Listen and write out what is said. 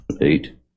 eight